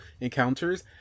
encounters